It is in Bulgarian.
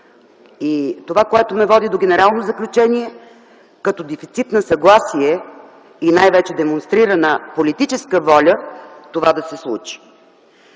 реформа и ме води до генералното заключение за дефицит на съгласие и най-вече демонстрирана политическа воля това да се случи.